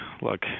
look